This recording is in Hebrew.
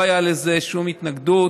לא הייתה לו שום התנגדות,